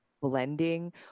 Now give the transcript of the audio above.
blending